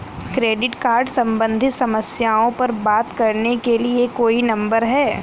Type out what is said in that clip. Credit card सम्बंधित समस्याओं पर बात करने के लिए कोई नंबर है?